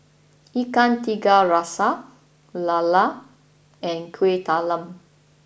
Ikan Tiga Rasa Lala and Kueh Talam